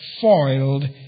foiled